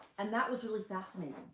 and that was really fascinating.